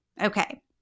Okay